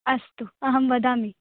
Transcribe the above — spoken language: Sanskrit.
अस्तु अहं वदामि